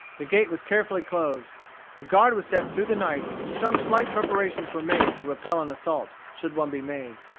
the gate was carefully closed. a guard was set through the night, and some slight preparations were made to repel an assault, should one be made.